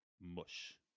mush